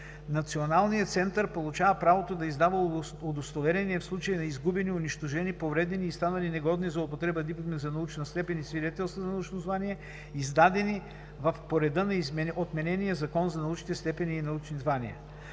Националният център получава правото да издава удостоверения в случай на изгубени, унищожени, повредени и станали негодни за употреба дипломи за научна степен и свидетелства за научно звание, издадени по реда на отменения Закон за научните степени и научните звания.